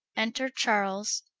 enter charles,